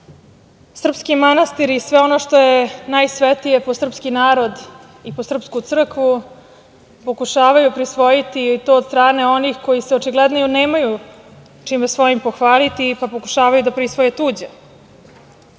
srpski manastiri i sve ono što je najsvetije po srpski narod i po srpsku crkvu pokušavaju prisvojiti i to od strane onih koji nemaju sa čime svojim pohvaliti, pa pokušavaju da prisvoje tuđe. Ne